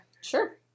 sure